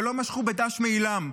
שלא משכו בדש מעילם.